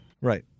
Right